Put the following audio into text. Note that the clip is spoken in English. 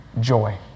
joy